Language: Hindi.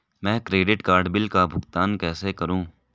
मैं क्रेडिट कार्ड बिल का भुगतान कैसे करूं?